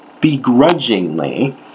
begrudgingly